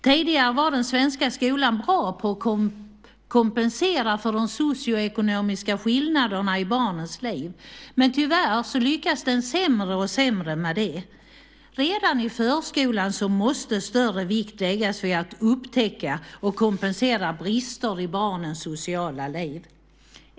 Tidigare var den svenska skolan bra på att kompensera för de socioekonomiska skillnaderna i barnens liv, men tyvärr lyckas den sämre och sämre med det. Redan i förskolan måste större vikt läggas vid att upptäcka och kompensera brister i barnens sociala liv.